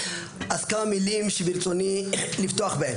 אז כמה מילים שברצוני לפתוח בהן.